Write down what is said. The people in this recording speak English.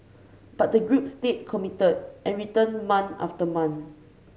but the group stayed committed and returned month after month